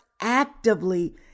actively